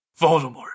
Voldemort